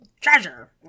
treasure